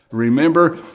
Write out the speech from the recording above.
remember,